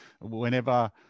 whenever